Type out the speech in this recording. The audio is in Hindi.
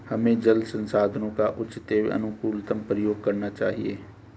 हमें जल संसाधनों का उचित एवं अनुकूलतम प्रयोग करना चाहिए